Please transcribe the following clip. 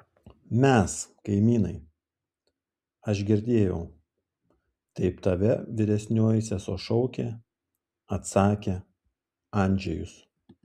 mes kaimynai aš girdėjau taip tave vyresnioji sesuo šaukia atsakė andžejus